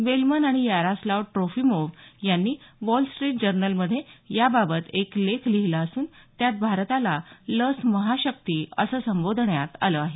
Bellman आणि Yaroslav Trofimov यांनी Wall Street जर्नलमध्ये याबाबत एक लेख लिहिला असून त्यात भारताला लस महाशक्ती असं संबोधण्यात आल आहे